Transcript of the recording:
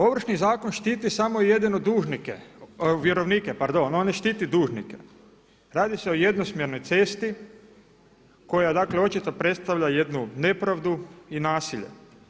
Ovršni zakon štiti samo i jedino vjerovnike, on ne štiti dužnike, radi se o jednosmjernoj cesti koja dakle očito predstavlja jednu nepravdu i nasilje.